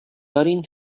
دارین